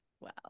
wow